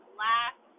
last